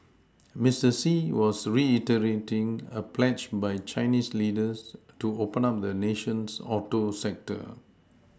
Mister Xi was reiterating a pledge by Chinese leaders to open up the nation's Auto sector